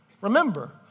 Remember